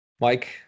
Mike